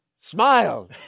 smile